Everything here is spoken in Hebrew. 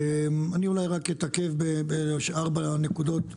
אני אולי רק אתעכב בארבע נקודות.